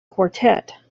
quartet